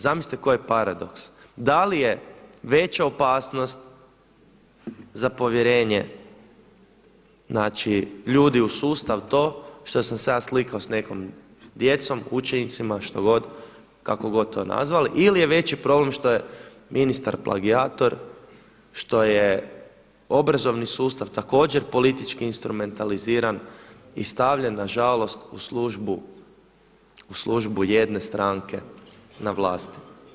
Zamislite koji paradoks, da li je veća opasnost za povjerenje ljudi u sustav to što sam se ja slikao s nekom djecom, učenicima, što god kako god to nazvali ili je veći problem što je ministar plagijator, što je obrazovni sustav također politički instrumentaliziran i stavljen nažalost u službu jedne stranke na vlasti.